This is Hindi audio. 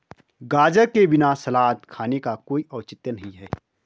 गाजर के बिना सलाद खाने का कोई औचित्य नहीं है